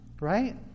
right